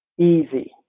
easy